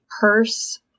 purse